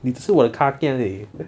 你吃我的 leh